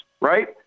right